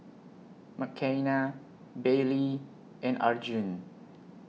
Mckenna Baylee and Arjun